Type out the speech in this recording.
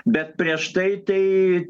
bet prieš tai tai